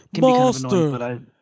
Master